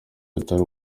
rutari